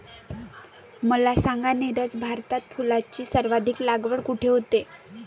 मला सांगा नीरज, भारतात फुलांची सर्वाधिक लागवड कुठे होते?